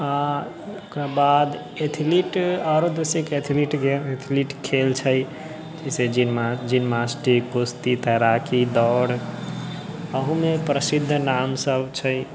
आओर ओकराबाद एथलीट आओर दोसरो एथलीट गेम एथलीट खेल छै जाहिसँ जिम्नास्टिक कुश्ती तैराकी दौड़ अहूमे प्रसिद्ध नामसब छै